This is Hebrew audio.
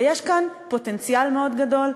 ויש כאן פוטנציאל מאוד גדול,